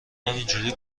همینجوری